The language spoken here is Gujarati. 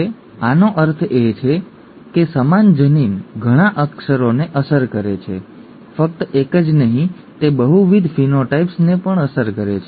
આનો અર્થ એ છે કે સમાન જનીન ઘણા અક્ષરોને અસર કરે છે ફક્ત એક જ નહીં તે બહુવિધ ફેનોટાઈપ્સ ને અસર કરે છે